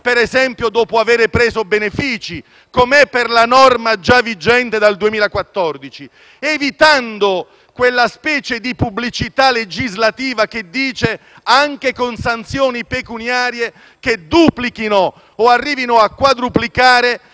ad esempio, dopo avere preso benefici, come è per la norma già vigente dal 2014, evitando quella specie di pubblicità legislativa che parla di sanzioni pecuniarie che duplichino o arrivino a quadruplicare